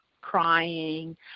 crying